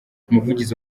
umuvugizi